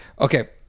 okay